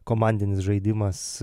komandinis žaidimas